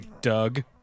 Doug